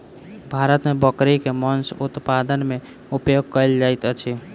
भारत मे बकरी के मौस उत्पादन मे उपयोग कयल जाइत अछि